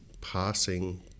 passing